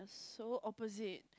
so opposite